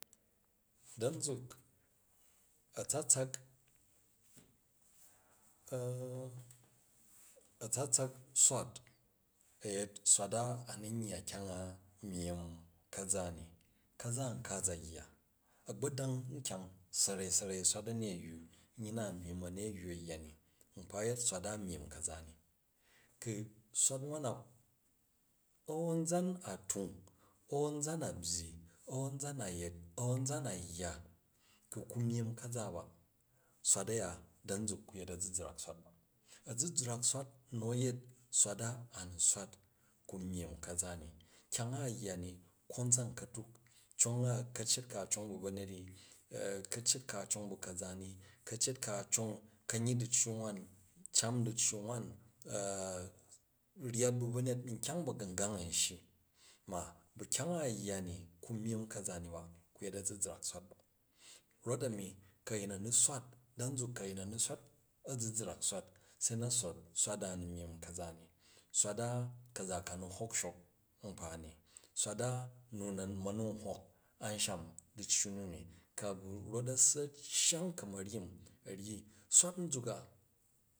Da̱ muk a̱tsatsa atsatsak swat, a̱ yet swat a, ani yya kyang a myim kaza ni, ka̱za nka a za yya, agbodong kyang nsarei, sarei u̱ swat aneywu, nyyi na myimi aneywu a̱ yya ni, nkpa yet swat a̱ myim ka̱za ni. Ku̱ swat nwam na, a̱n anzan a tang, a̱n a̱nzan a̱ byyi, a̱n a̱nzan a yet a̱u a̱nzan a yya, ku̱ ku, ku myim kja̱za bu, swat uya da nzuk ku yet a̱zizrk swat ba. Azizrak swat nu a̱ yet swat a a̱ ni swat ku nagini ka̱za. Kyang a, a yya ni kozan katuk cong a, ka̱ yet ka a cong bu banjej ni kaeyet ka a cong kanyyi diccu nwan ni cam diccu nwan ryat bu banyet, nkyang bagnugang an shyi, ma bu kyang ni ba, ku myim kaza ni ba, ku yet azizrak swat bu. Rot-ami, ku a̱yin a̱ni swat da̱ nzuk, ku a̱yin a̱n swat a̱zizrak swat se na̱ swat swat a ni myim ka̱za ni, swat a kaza, ka ni hok shok nkpa ni, swat a nu na̱ ma̱ ni n hok a̱nshan diccu ni ni, ku̱ a bu rot a̱ssi, a̱ cyang ka̱ ma̱ryim, a ryi swat nzuk a.